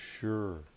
sure